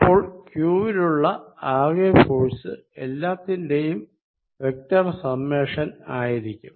അപ്പോൾ q വിലുള്ള ആകെ ഫോഴ്സ് എല്ലാത്തിന്റെയും വെക്ടർ സമ്മേഷൻ ആയിരിക്കും